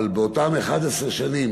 אבל באותן 11 שנים,